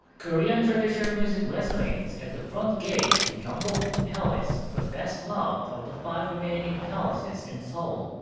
korean traditional music resonates at the front gate to gyeongbokgung palace, the best-loved of the five remaining palaces in seoul.